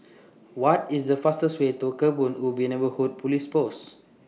What IS The fastest Way to Kebun Ubi Neighbourhood Police Post